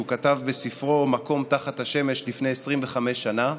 כתב בספרו "מקום תחת השמש" לפני 25 שנה.